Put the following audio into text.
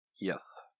Yes